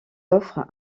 offrent